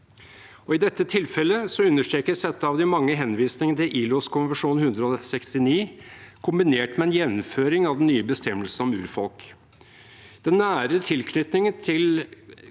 I dette tilfellet understrekes dette av de mange henvisningene til ILO-konvensjon nr. 169, kombinert med en jevnføring av den nye bestemmelsen om urfolk. Den nære tilknytningen til